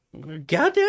goddamn